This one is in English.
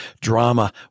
drama